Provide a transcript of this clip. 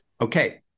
Okay